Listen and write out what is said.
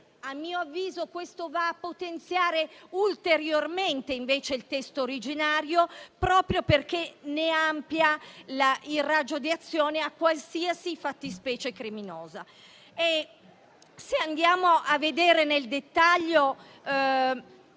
A mio avviso, questo va a potenziare ulteriormente il testo originario perché ne amplia il raggio di azione a qualsiasi fattispecie criminosa. Se andiamo a vedere nel dettaglio,